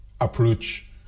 approach